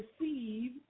receive